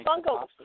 Funko